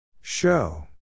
Show